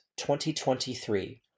2023